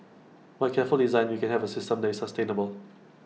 by careful design we can have A system that is sustainable